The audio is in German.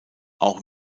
auch